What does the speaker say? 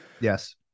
Yes